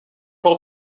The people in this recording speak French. pour